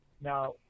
now